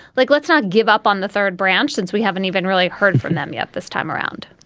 like let's not give up on the third branch since we haven't even really heard from them yet this time around